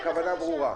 הכוונה ברורה.